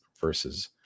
versus